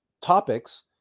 topics